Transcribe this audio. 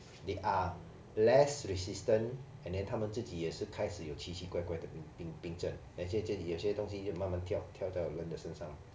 they are less resistant and then 他们自己也是开始有奇奇怪怪的病症 and 有些东西就慢慢跳跳到人的身上